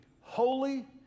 holy